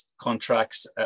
contracts